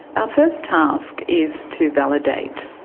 um first task is to validate,